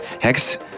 Hex